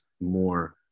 more